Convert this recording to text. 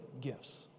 gifts